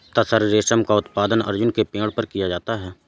तसर रेशम का उत्पादन अर्जुन के पेड़ पर किया जाता है